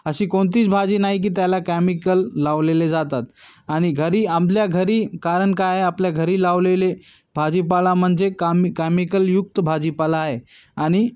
अशी कोणतीच भाजी नाही की त्याला कॅमिकल लावलेले जातात आणि घरी आपल्या घरी कारण काय आहे आपल्या घरी लावलेले भाजीपाला म्हणजे काम कॅमिकलयुक्त भाजीपाला आहे आणि